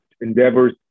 endeavors